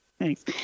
Thanks